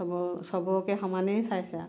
চবকে সমানে চাইছে আৰু